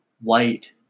white